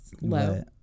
low